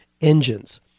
engines